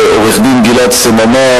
לעורך-הדין גלעד סממה,